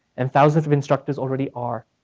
and thousands of instructors already are.